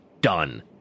done